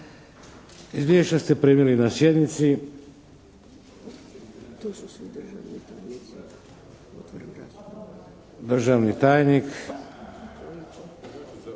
Izvješća ste primili na sjednici. Državni tajnik